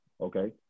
Okay